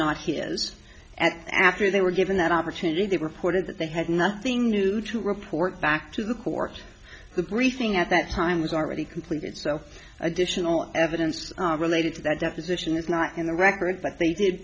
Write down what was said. not his and after they were given that opportunity they reported that they had nothing new to report back to the court the briefing at that time was already completed so additional evidence related to that deposition is not in the record but they did